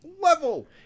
level